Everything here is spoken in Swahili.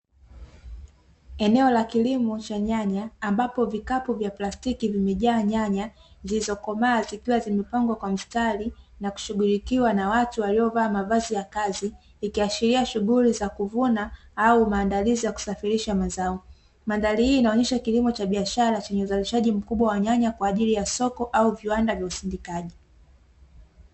Eneo la kilimo cha nyanya, ambapo vikapu vya plastiki vimejaa nyanya zilizokomaa, zikiwa zimepangwa kwa mstari, na kushughulikiwa na watu waliovaa mavazi ya kazi, ikiashiria shughuli za kuvuna au maandalizi ya kusafirisha mazao. Madhahari inaonesha kilimo cha biashara chenye uzalishaji mkubwa wa nyanya kwa ajili ya soko au viwanda vya usindikaji.